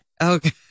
Okay